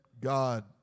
God